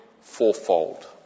fourfold